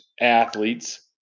athletes